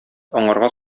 аңарга